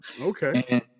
Okay